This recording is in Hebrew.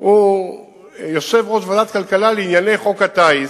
הוא יושב-ראש ועדת הכלכלה לענייני חוק הטיס.